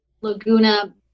Laguna